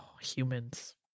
humans